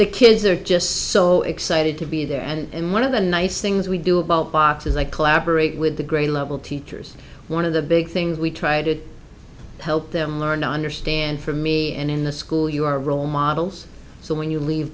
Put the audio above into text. the kids are just so excited to be there and one of the nice things we do about box is i collaborate with the grade level teachers one of the big things we try to help them learn to understand for me and in the school you are role models so when you leave